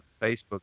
Facebook